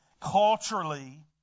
culturally